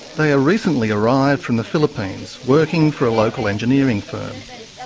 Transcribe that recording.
they are recently arrived from the philippines, working for a local engineering firm.